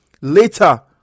later